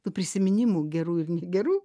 tų prisiminimų gerų ir negerų